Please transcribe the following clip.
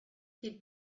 did